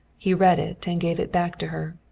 he read it and gave it back to her.